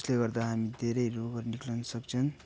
जसले गर्दा हामी धेरै रोगहरू निक्लन सक्छन्